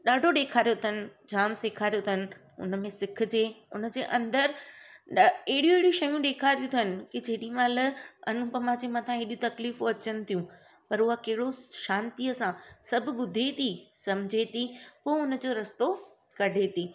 ॾाढो ॾेखारियो अथनि जाम सेखारियो अथनि उन में सिखजे उनजे अंदरु ॾ अहिड़ियूं अहिड़ियूं शयूं ॾेखारियूं अथनि की जेॾीमहिल अनुपमा जे मथां हेॾी तकलीफ़ू अचनि थियूं पर उहा कहिड़ो शांतीअ सां सभु ॿुधे थी सम्झे थी पोइ हुनजो रस्तो कढे थी